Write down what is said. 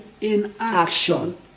inaction